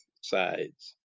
sides